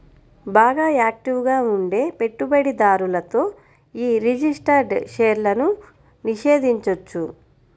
బాగా యాక్టివ్ గా ఉండే పెట్టుబడిదారులతో యీ రిజిస్టర్డ్ షేర్లను నిషేధించొచ్చు